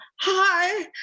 Hi